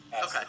Okay